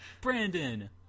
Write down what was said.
Brandon